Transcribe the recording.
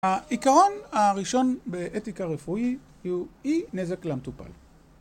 העיקרון הראשון באתיקה רפואי הוא אי נזק למטופל.